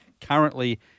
currently